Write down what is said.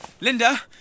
Linda